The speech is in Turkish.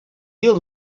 yıl